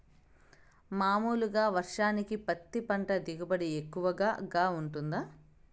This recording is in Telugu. మామూలుగా వర్షానికి పత్తి పంట దిగుబడి ఎక్కువగా గా వుంటుందా?